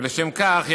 ולשם כך,